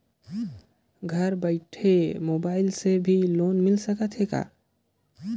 घर बइठे मोबाईल से भी लोन मिल सकथे का?